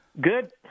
Good